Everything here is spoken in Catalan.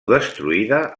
destruïda